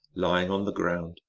lying on the ground,